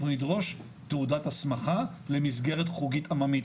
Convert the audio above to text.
נדרוש תעודת הסמכה למסגרת חוגית עממית.